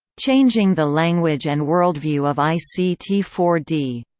changing the language and worldview of i c t four d